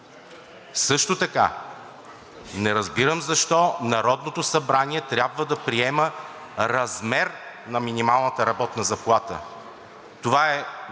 Също така не разбирам защо Народното събрание трябва да приема размер на минималната работна заплата. Това